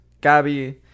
Gabby